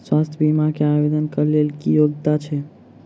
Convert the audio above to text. स्वास्थ्य बीमा केँ आवेदन कऽ लेल की योग्यता छै?